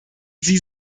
sie